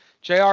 JR